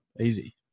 Easy